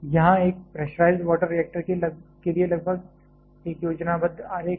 यह एक pressurised water reactor के लिए लगभग एक योजनाबद्ध आरेख है